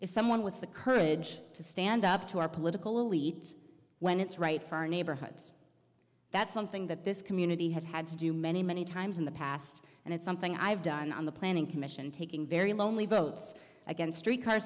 is someone with the courage to stand up to our political elite when it's right for our neighborhoods that's something that this community has had to do many many times in the past and it's something i've done on the planning commission taking very lonely votes against